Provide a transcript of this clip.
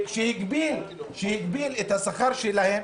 -- את השכר שלהם,